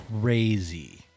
crazy